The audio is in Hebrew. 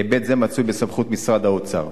היבט זה מצוי בסמכות משרד האוצר.